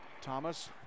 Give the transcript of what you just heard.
Thomas